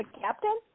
captain